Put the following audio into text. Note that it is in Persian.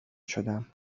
شدم